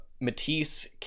Matisse